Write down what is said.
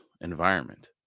environment